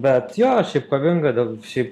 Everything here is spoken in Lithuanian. bet jo šiaip kovinga šiaip